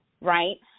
right